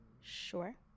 Sure